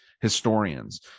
historians